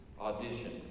audition